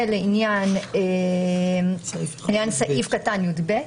ולעניין סעיף קטן (יב),